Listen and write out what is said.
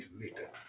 later